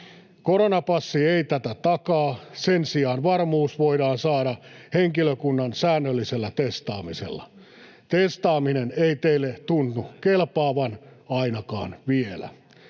Koronapassi ei tätä takaa. Sen sijaan varmuus voidaan saada henkilökunnan säännöllisellä testaamisella. Testaaminen ei teille tunnu kelpaavan, ainakaan vielä.